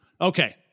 okay